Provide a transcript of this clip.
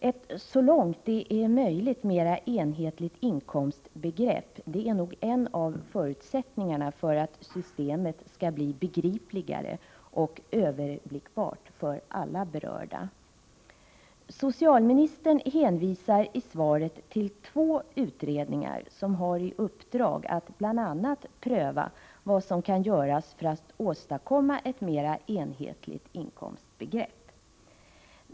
Ett så långt det är möjligt mera enhetligt inkomstbegrepp är nog en av förutsättningarna för att systemet skall bli begripligare och överblickbart för alla berörda. Socialministern hänvisar i svaret till två utredningar, som har i uppdrag att bl.a. pröva vad man kan göra för att åstadkomma ett mera enhetligt inkomstbegrepp.